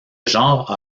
genre